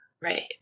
Right